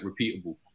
repeatable